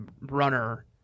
runner